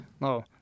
No